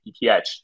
ETH